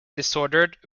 disordered